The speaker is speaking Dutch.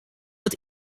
het